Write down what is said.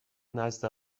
نزد